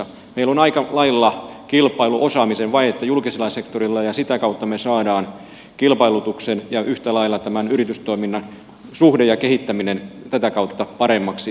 meillä on aika lailla kilpailuosaamisen vajetta julkisella sektorilla ja sitä kautta me saamme kilpailutuksen ja yhtä lailla tämän yritystoiminnan suhteen ja kehittämisen tätä kautta paremmaksi